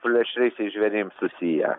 plėšriaisiais žvėrim susiję